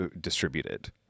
distributed